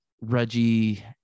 Reggie